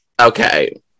okay